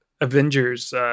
Avengers